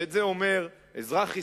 ואת זה אומר אזרח ישראלי,